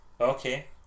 Okay